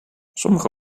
sommige